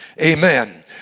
Amen